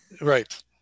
Right